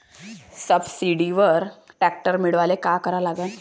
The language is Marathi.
सबसिडीवर ट्रॅक्टर मिळवायले का करा लागन?